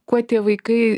kuo tie vaikai